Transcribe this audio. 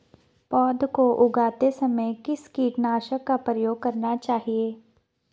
पौध को उगाते समय किस कीटनाशक का प्रयोग करना चाहिये?